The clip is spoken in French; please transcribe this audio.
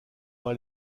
pas